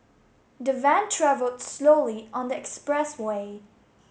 the van travelled slowly on the expressway